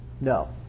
No